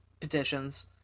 petitions